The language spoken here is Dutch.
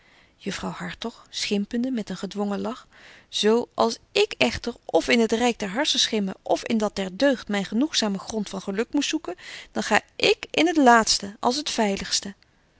juffrouw hartog schimpende met een gedwongen lach zo als ik echter of in het ryk der harssenschimmen of in dat der deugd myn genoegzaamen grond van geluk moest zoeken dan ga ik in het laatste als het veiligste